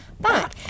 Back